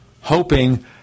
hoping